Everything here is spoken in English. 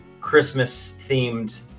Christmas-themed